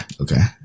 Okay